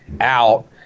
out